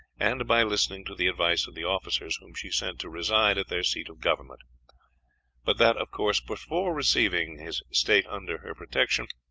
and by listening to the advice of the officers whom she sent to reside at their seat of government but that, of course, before receiving his state under her protection